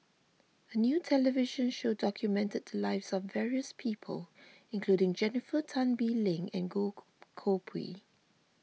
a new television show documented the lives of various people including Jennifer Tan Bee Leng and Goh Koh Pui